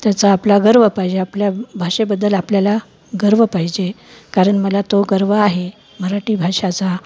त्याचा आपला गर्व पाहिजे आपल्या भाषेबद्दल आपल्याला गर्व पाहिजे कारण मला तो गर्व आहे मराठी भाषेचा